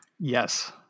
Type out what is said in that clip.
Yes